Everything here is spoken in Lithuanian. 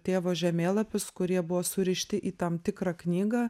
tėvo žemėlapius kurie buvo surišti į tam tikrą knygą